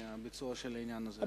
הביצוע של העניין הזה,